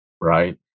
right